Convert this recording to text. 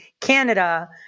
Canada